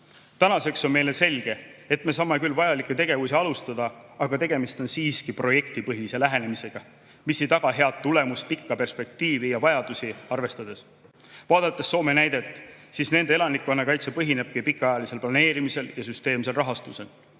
Tänaseks on meile selge, et me saame küll vajalikke tegevusi alustada, aga tegemist on siiski projektipõhise lähenemisega, mis ei taga head tulemust pikka perspektiivi ja vajadusi arvestades. Vaadates Soome näidet, siis nende elanikkonnakaitse põhinebki pikaajalisel planeerimisel ja süsteemsel rahastusel.